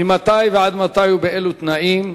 ממתי ועד מתי ובאילו תנאים?